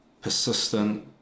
persistent